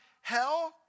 hell